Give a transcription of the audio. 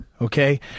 Okay